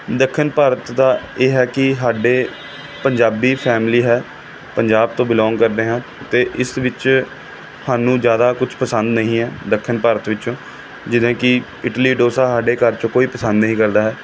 ਦੱਖਣ ਭਾਰਤ ਦਾ ਇਹ ਹੈ ਕਿ ਸਾਡੇ ਪੰਜਾਬੀ ਫੈਮਿਲੀ ਹੈ ਪੰਜਾਬ ਤੋਂ ਬਿਲੋਂਗ ਕਰਦੇ ਹਾਂ ਅਤੇ ਇਸ ਵਿੱਚ ਸਾਨੂੰ ਜ਼ਿਆਦਾ ਕੁਛ ਪਸੰਦ ਨਹੀਂ ਹੈ ਦੱਖਣ ਭਾਰਤ ਵਿੱਚੋਂ ਜਿਹਦੇ ਕਿ ਇਡਲੀ ਡੋਸਾ ਸਾਡੇ ਘਰ 'ਚ ਕੋਈ ਪਸੰਦ ਨਹੀਂ ਕਰਦਾ ਹੈ